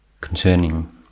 concerning